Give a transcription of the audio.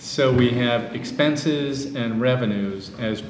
so we have expenses and revenues as